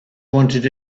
wanted